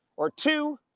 or two,